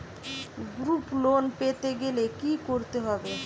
Group loan পেতে গেলে কি করতে হবে?